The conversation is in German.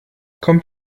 kommt